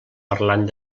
parlant